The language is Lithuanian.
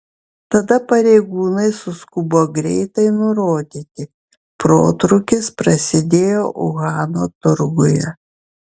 tada pareigūnai suskubo greitai nurodyti protrūkis prasidėjo uhano turguje